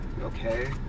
okay